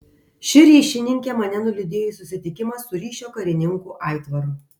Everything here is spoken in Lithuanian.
ši ryšininkė mane nulydėjo į susitikimą su ryšio karininku aitvaru